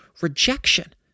rejection